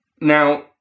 now